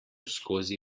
skozi